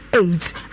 Eight